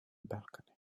balcony